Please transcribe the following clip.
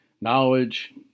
Knowledge